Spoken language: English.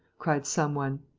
cried some one.